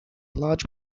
large